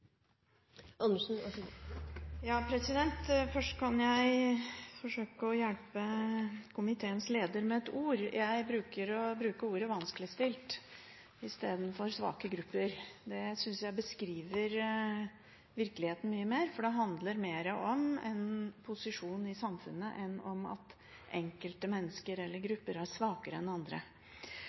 Først kan jeg forsøke å hjelpe komiteens leder med ett ord. Jeg bruker å bruke ordet «vanskeligstilt» istedenfor betegnelsen «svake grupper». Det synes jeg beskriver virkeligheten mye mer, for det handler mer om en posisjon i samfunnet enn om at enkelte mennesker eller grupper er svakere enn andre.